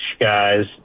guys